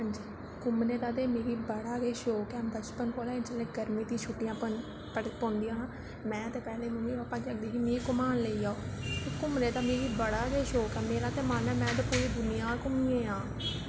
हां जी घूमने दा ते मिगी बड़ा गै शौंक ऐ बचपन कोला गै लेइयै जेल्लै गर्मी दियां छुट्टियां पड़ पौंदियां हां में ते मम्मा पापा गी आखदी ही मिगी घूमान लेई जाओ घूमने दा मिगी बड़ा गै शौंक हा मेरा मन करदा हा में पूरी दुनियां घूमी आं